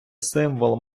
символ